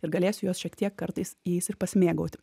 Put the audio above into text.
ir galėsiu juos šiek tiek kartais jais ir pasimėgauti